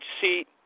See